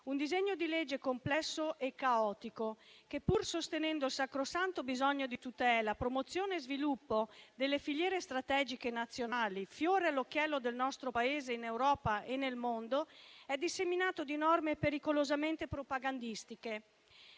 un disegno di legge complesso e caotico che, pur sostenendo il sacrosanto bisogno di tutela, promozione e sviluppo delle filiere strategiche nazionali, fiore all'occhiello del nostro Paese in Europa e nel mondo, è disseminato di norme pericolosamente propagandistiche.